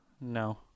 No